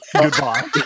Goodbye